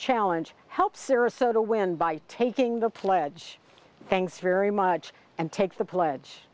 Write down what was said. challenge helped sarasota win by taking the pledge thanks very much and takes the pledge